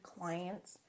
clients